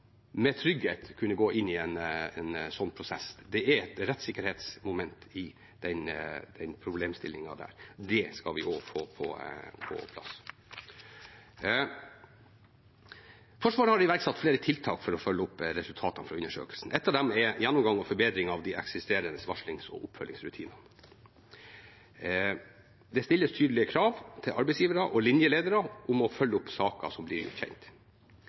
med trygghet skal kunne gå inn i en sånn prosess. Det er et rettssikkerhetsmoment i den problemstillingen. Det skal vi også få på plass. Forsvaret har iverksatt flere tiltak for å følge opp resultatene fra undersøkelsen. Et av dem er gjennomgang og forbedring av de eksisterende varslings- og oppfølgingsrutinene. Det stilles tydelige krav til arbeidsgivere og linjeledere om å følge opp saker som blir kjent.